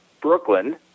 Brooklyn